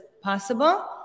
possible